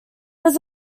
was